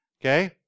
okay